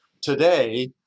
today